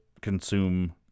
consume